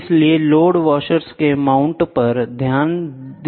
इसलिए लोड वाशरों के माउंट पर ध्यान दिया जाना चाहिए